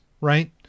right